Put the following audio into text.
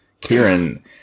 Kieran